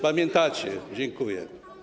Pamiętacie, dziękuję.